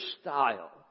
style